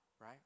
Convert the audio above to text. right